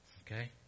Okay